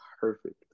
perfect